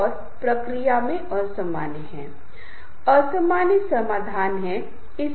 इसलिए अगर यह बहुत बड़ा हो रहा है तो यह भी अच्छा नहीं है